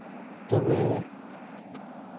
ᱛᱚᱵᱮ